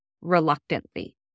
reluctantly